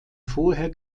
vorher